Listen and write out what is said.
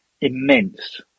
immense